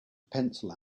pencil